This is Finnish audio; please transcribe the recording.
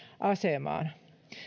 asemaan